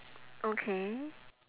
okay